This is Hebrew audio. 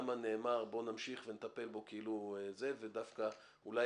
ולמה נאמר "בוא נמשיך ונטפל בו כאילו ---" ודווקא אולי